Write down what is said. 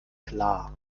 klar